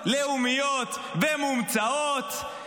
לאומיות ומומצאות.